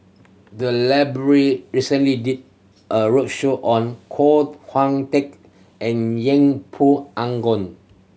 the library recently did a roadshow on Koh Hong Teng and Yeng Pway